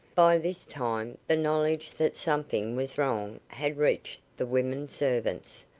by this time, the knowledge that something was wrong had reached the women-servants,